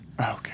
Okay